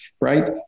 right